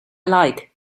like